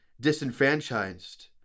disenfranchised